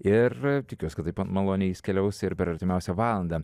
ir tikiuosi kad taip pat maloniai jis keliaus ir per artimiausią valandą